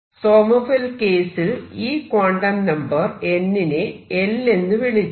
Sommerfeld കേസിൽ ഈ quantum number n നെ l എന്ന് വിളിച്ചു